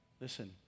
Listen